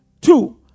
two